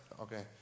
okay